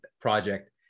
project